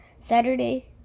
Saturday